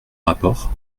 rapport